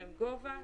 הם גובה,